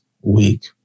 week